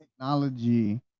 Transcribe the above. technology